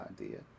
idea